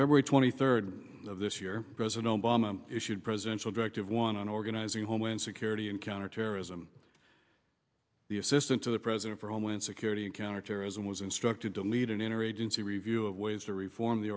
february twenty third of this year president obama issued presidential directive one on organizing homeland security and counterterrorism the assistant to the president for homeland security and counterterrorism was instructed to lead an inner agency review of ways to reform the